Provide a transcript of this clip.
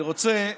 אני רוצה,